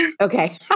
Okay